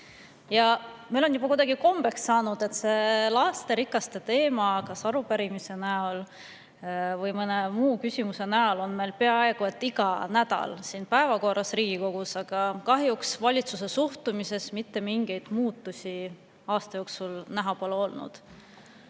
Ja meil on juba kuidagi kombeks saanud, et lasterikaste perede teema on kas arupärimisena või mõne muu küsimusena meil peaaegu iga nädal Riigikogu päevakorras, aga kahjuks valitsuse suhtumises mitte mingeid muutusi aasta jooksul näha pole olnud.